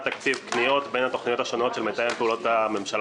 תקציב קניות בין התוכניות השונות של מתאם פעולות הממשלה